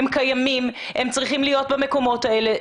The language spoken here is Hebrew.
הן קיימות והן צריכות להיות במקומות האלה.